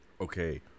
Okay